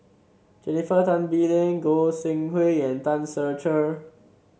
Jennifer Tan Bee Leng Goi Seng Hui and Tan Ser Cher